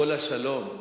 "כל השלום"?